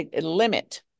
limit